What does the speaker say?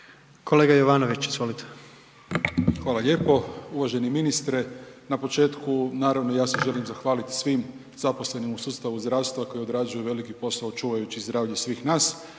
**Jovanović, Željko (SDP)** Hvala lijepo. Uvaženi ministre, na početku naravno ja se želim zahvalit svim zaposlenim u sustavu zdravstva koji odrađuju veliki posao čuvajući zdravlje svih nas.